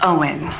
Owen